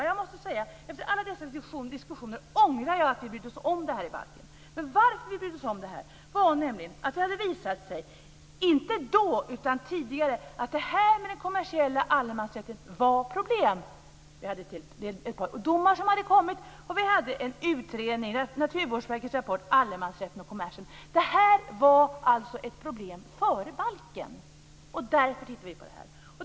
Jag måste säga att efter alla dessa diskussioner ångrar jag att vi brydde oss om att ta in det här i balken. Men vi brydde oss om det därför att det hade visat sig tidigare att den kommersiella allemansrätten innebar problem. Det hade kommit ett par domar, och det fanns en utredning, Naturvårdsverkets rapport Allemansrätten och kommersen. Det här var alltså ett problem före balken, och därför tittade vi på det.